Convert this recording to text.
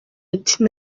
ati